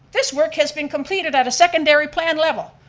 this work has been completed at a secondary plan level,